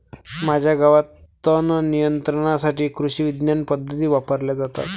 माझ्या गावात तणनियंत्रणासाठी कृषिविज्ञान पद्धती वापरल्या जातात